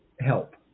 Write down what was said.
help